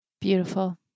Beautiful